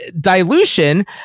dilution